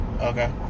okay